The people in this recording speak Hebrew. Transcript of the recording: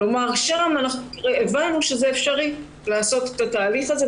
שם הבנו שאפשר לעשות את התהליך הזה,